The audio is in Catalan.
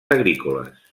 agrícoles